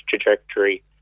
trajectory